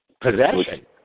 possession